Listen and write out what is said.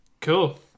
cool